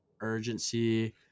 urgency